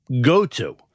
Go-to